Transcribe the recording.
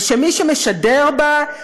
ושמי שמשדר בה,